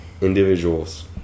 individuals